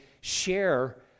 share